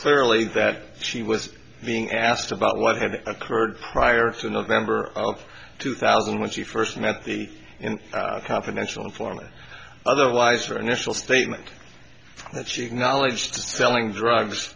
clearly that she was being asked about what had occurred prior to november of two thousand when she first met the confidential informant otherwise your initial statement that she had knowledge selling drugs